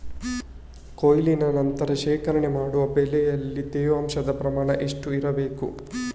ಕೊಯ್ಲಿನ ನಂತರ ಶೇಖರಣೆ ಮಾಡುವಾಗ ಬೆಳೆಯಲ್ಲಿ ತೇವಾಂಶದ ಪ್ರಮಾಣ ಎಷ್ಟು ಇರಬೇಕು?